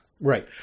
right